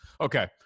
okay